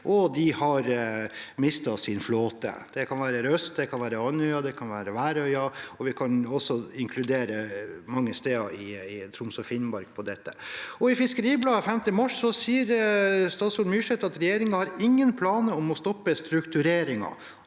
og sin flåte. Det kan være Røst, det kan være Andøya, det kan være Værøy, og vi kan også inkludere mange steder i Troms og Finnmark. I Fiskeribladet 5. mars sa statsråd Myrseth at regjeringen ikke har noen planer om å stoppe struktureringen,